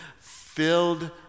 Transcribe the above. filled